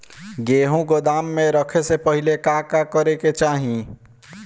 गेहु गोदाम मे रखे से पहिले का का करे के चाही?